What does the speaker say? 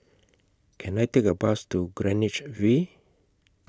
Can I Take A Bus to Greenwich V